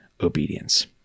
obedience